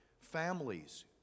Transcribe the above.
Families